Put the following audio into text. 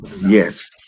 Yes